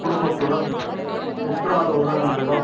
குடும்பத்துடன் உற்றார் உறவினரிடம்